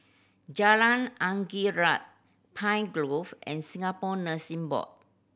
Jalan Angin Laut Pine Grove and Singapore Nursing Board